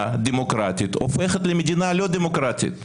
דמוקרטית הופכת למדינה לא דמוקרטית.